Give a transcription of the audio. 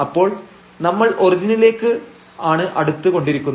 അപ്പോൾ നമ്മൾ ഒറിജിനിലേക്ക് ആണ് അടുത്തു കൊണ്ടിരിക്കുന്നത്